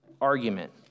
argument